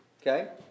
Okay